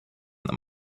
that